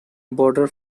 border